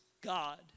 God